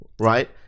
Right